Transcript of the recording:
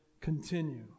continue